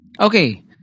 Okay